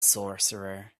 sorcerer